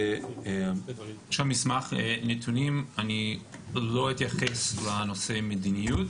יש במסמך נתונים - אני לא אתייחס לנושאי מדיניות.